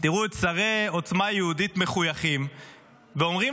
תראו את שרי עוצמה יהודית מחויכים ואומרים